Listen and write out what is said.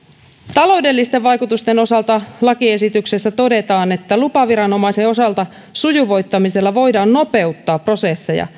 taloudellisten vaikutusten osalta lakiesityksessä todetaan että lupaviranomaisen osalta sujuvoittamisella voidaan nopeuttaa prosesseja